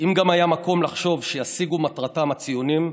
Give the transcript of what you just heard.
"אם גם היה מקום לחשוב שישיגו מטרתם, הציונים,